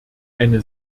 eine